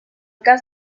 cas